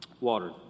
watered